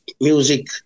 music